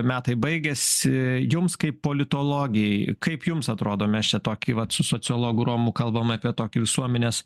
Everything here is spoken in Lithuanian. metai baigiasi jums kaip politologei kaip jums atrodo mes čia tokį vat su sociologu romu kalbam apie tokį visuomenės